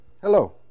Hello